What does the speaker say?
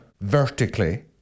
vertically